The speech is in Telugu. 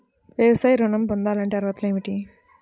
వ్యవసాయ ఋణం పొందాలంటే అర్హతలు ఏమిటి?